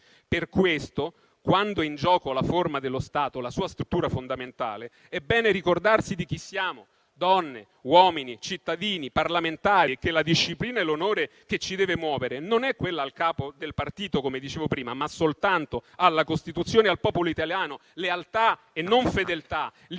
Per questo, quando è in gioco la forma dello Stato, la sua struttura fondamentale, è bene ricordarsi di chi siamo: donne, uomini, cittadini, parlamentari, e che la disciplina e l'onore che ci deve muovere non è quella al capo o del partito, come dicevo prima, ma soltanto alla Costituzione e al popolo italiano. Lealtà e non fedeltà, libertà